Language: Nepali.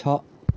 छ